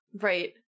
Right